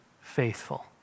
Faithful